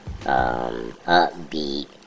upbeat